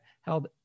held